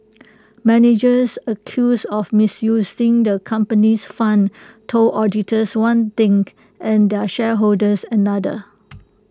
managers accused of misusing the company's funds told auditors one thing and their shareholders another